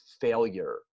failure